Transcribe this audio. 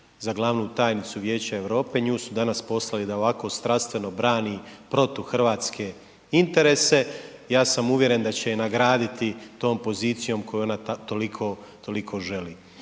za glavnu tajnicu Vijeća Europe, nju su danas poslali da ovako strastveno brani protuhrvatske interese, ja sam uvjeren da će je nagraditi tom pozicijom koju ona toliko želi.